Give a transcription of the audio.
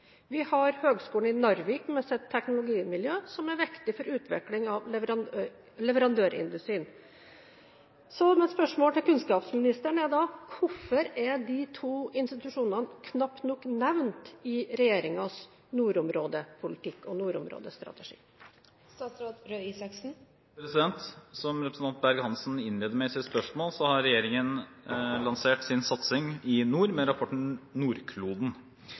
Vi har Høgskolen i Narvik med sitt teknologimiljø som er viktig for utvikling av leverandørindustrien. Hvorfor er de to institusjonene knapt nok nevnt i regjeringens nordområdepolitikk?» Som representanten Berg-Hansen innleder med i sitt spørsmål, har regjeringen lansert sin satsing i nord med rapporten Nordkloden.